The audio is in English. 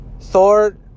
Thor